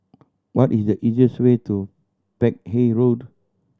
what is the easiest way to Peck Hay Road